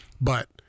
But-